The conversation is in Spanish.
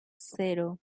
cero